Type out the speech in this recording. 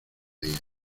días